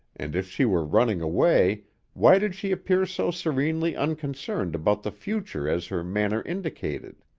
and if she were running away why did she appear so serenely unconcerned about the future as her manner indicated?